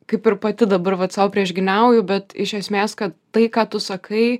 kaip ir pati dabar vat sau priešgyniauju bet iš esmės kad tai ką tu sakai